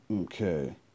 Okay